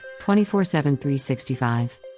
24-7-365